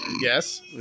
Yes